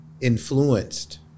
influenced